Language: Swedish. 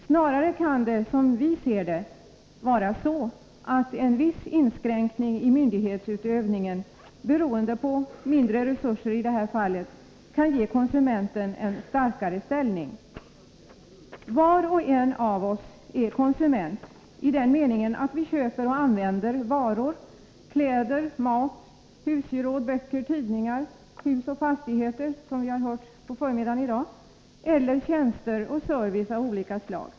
Snarare kan, som vi ser det, en viss inskränkning i myndighetsutövningen, i det här fallet beroende på mindre resurser, ge konsumenten en starkare ställning. Var och en av oss är konsument i den meningen att vi köper och använder varor — kläder, mat, husgeråd, böcker, tidningar och, som vi har hört i dag, fastigheter — eller tjänster och service av olika slag.